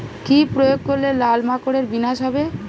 কি প্রয়োগ করলে লাল মাকড়ের বিনাশ হবে?